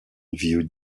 viewed